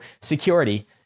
security